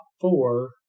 four